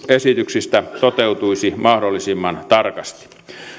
esityksistä toteutuisi mahdollisimman tarkasti